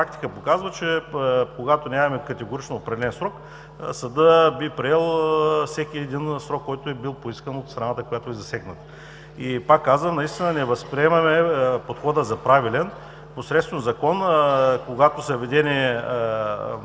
показва, че когато нямаме категорично определен срок, съдът би приел всеки един срок, който е бил поискан от страната, която е засегната. Пак казвам, наистина не възприемаме подход за правилен – посредством закон, когато са видени